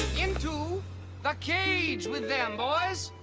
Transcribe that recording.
into the cage with them, boys!